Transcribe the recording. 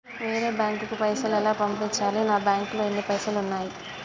వేరే బ్యాంకుకు పైసలు ఎలా పంపించాలి? నా బ్యాంకులో ఎన్ని పైసలు ఉన్నాయి?